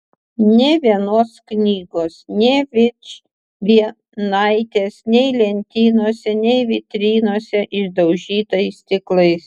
nė vienos knygos nė vičvienaitės nei lentynose nei vitrinose išdaužytais stiklais